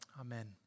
amen